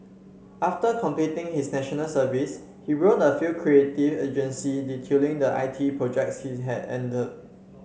after completing his National Service he wrote a few creative agencies detailing the I T projects he had handled